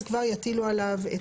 אז כבר יטילו עליו.